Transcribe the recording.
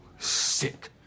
Sick